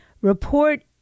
report